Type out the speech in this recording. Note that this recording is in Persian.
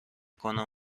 کنم